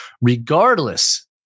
regardless